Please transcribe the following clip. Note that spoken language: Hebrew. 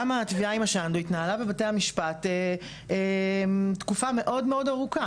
גם התביעה עם השנדו התנהלה בבתי המשפט תקופה מאוד ארוכה.